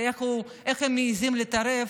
איך הם מעיזים להתערב.